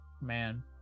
man